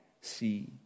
see